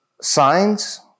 signs